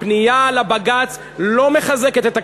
הפנייה לבג"ץ לא מחזקת את הכנסת,